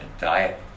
diet